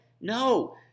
No